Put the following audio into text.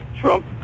Trump